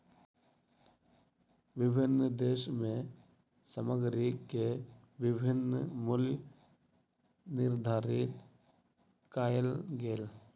विभिन्न देश में सामग्री के विभिन्न मूल्य निर्धारित कएल गेल